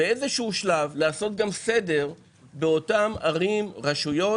באיזשהו שלב לעשות גם סדר באותן ערים ורשויות,